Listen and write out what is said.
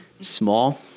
Small